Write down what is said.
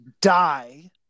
die